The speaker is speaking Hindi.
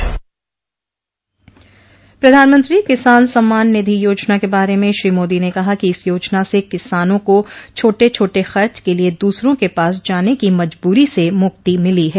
प्रधानमंत्री किसान सम्मान निधि योजना के बारे में श्री मोदी ने कहा कि इस योजना से किसानों को छोटे छोटे खर्च के लिए दूसरों के पास जाने की मजबूरी से मुक्ति मिली है